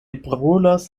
brulas